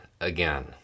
again